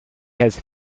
has